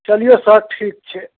चलियौ सर ठीक छै